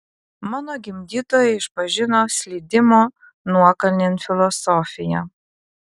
mano gimdytojai išpažino slydimo nuokalnėn filosofiją